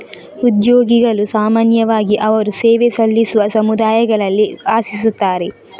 ಉದ್ಯೋಗಿಗಳು ಸಾಮಾನ್ಯವಾಗಿ ಅವರು ಸೇವೆ ಸಲ್ಲಿಸುವ ಸಮುದಾಯಗಳಲ್ಲಿ ವಾಸಿಸುತ್ತಾರೆ